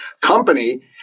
company